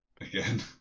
Again